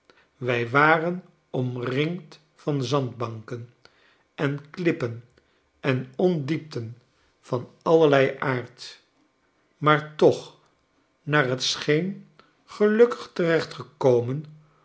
wij waren omringd van zandbanken en klippen en ondiepten van allerlei aard maar toch naar t scheen gelukkigterecht gekomen